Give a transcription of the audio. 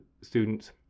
students